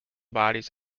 bodies